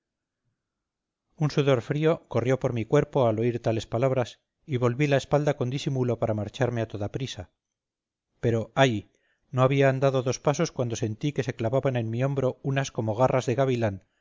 un sudor frío corrió por mi cuerpo al oír tales palabras y volví la espalda con disimulo para marcharme a toda prisa pero ay no había andado dos pasos cuando sentí que se clavaban en mi hombro unas como garras de gavilán